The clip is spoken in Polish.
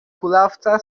kulawca